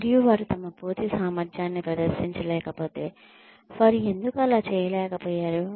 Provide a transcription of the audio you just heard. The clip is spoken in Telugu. మరియు వారు తమ పూర్తి సామర్థ్యాన్ని ప్రదర్శించలేకపోతే వారు ఎందుకు అలా చేయలేకపోయారు